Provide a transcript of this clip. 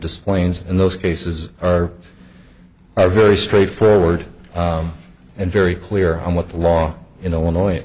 displays in those cases are are very straightforward and very clear on what the law in illinois